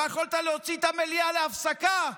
לא יכולת להוציא את המליאה להפסקה?